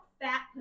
fat